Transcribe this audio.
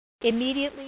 Immediately